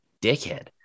dickhead